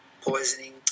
poisoning